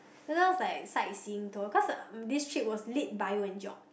then i was like like sight seeing tour cause um this trip was lit bio and geog